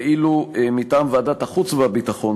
מטעם ועדת החוץ והביטחון,